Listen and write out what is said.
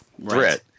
threat